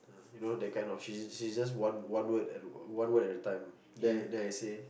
you know that kind a not she she's just one one word at a one word at a time then then I say